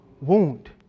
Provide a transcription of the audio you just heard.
Wound